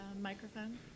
microphone